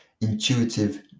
intuitive